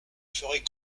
ferez